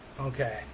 Okay